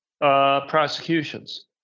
prosecutions